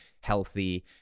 healthy